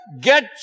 Get